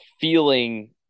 feeling